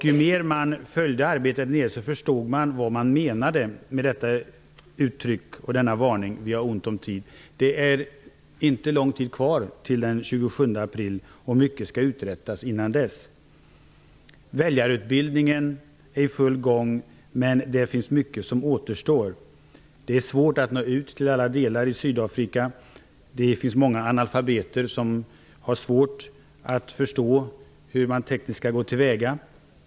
Ju mer vi följde arbetet desto bättre förstod vi vad som menades med denna varning. Det är inte lång tid kvar till den 27 april. Mycket skall uträttas innan dess. Väljarutbildningen är i full gång, men det finns mycket som återstår. Det är svårt att nå ut till alla delar av Sydafrika. Det finns många analfabeter som har svårt att förstå hur man tekniskt skall gå till väga.